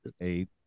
eight